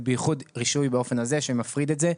ובייחוד רישוי באופן הזה שמפריד את זה.